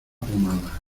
pomada